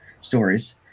stories